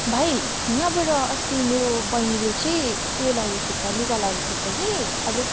भाइ यहाँबाट अस्ति मेरो बैनीले चाहिँ उयो लगेको थिएछ लुगा लगेको थिएछ कि अलिक